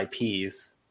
ips